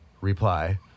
reply